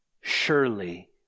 surely